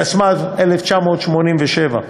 התשמ"ז 1987,